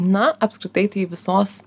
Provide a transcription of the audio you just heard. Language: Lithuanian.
na apskritai tai visos